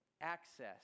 access